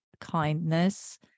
kindness